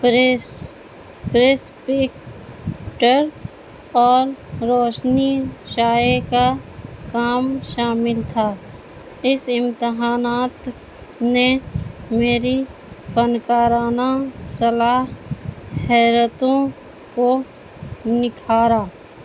press پریسپکٹر اور روشنی شائع کا کام شامل تھا اس امتحانات نے میری فنکارانہ صلاحیتوں کو نکھارا